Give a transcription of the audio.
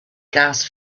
gas